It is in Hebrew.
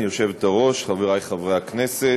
היושבת-ראש, חברי חברי הכנסת,